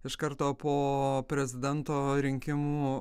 iš karto po prezidento rinkimų